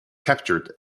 captured